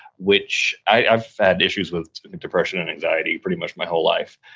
which, i've had issues with depression and anxiety pretty much my whole life,